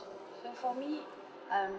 so for me um